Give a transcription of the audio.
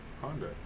Honda